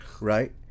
right